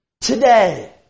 today